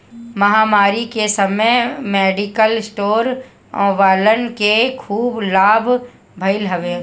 महामारी के समय मेडिकल स्टोर वालन के खूब लाभ भईल हवे